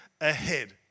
ahead